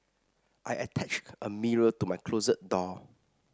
I attached a mirror to my closet door